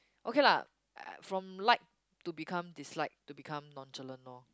okay lah from like to become dislike to become nonchalant lor